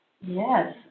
Yes